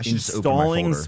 Installing